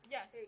Yes